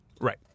Right